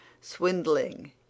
swindling